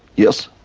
yes.